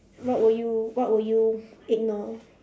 what will you what will you ignore